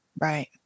right